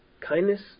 kindness